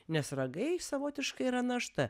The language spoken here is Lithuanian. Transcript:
nes ragai savotiškai yra našta